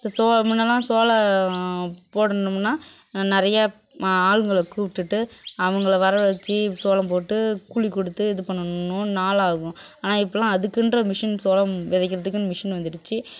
இப்போ சோள முன்னலாம் சோளம் போடணும்னா நிறைய ஆளுங்களை கூப்பிட்டுட்டு அவங்களை வரவழைத்து சோளம் போட்டு கூலி கொடுத்து இது பண்ணணுன்னு நாள் ஆகும் ஆனால் இப்போல்லாம் அதுக்குன்ற மிஷின் சோளம் விதைக்கிறதுக்குன்னு மிஷின் வந்துடுச்சு